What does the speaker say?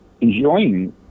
enjoying